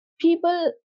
People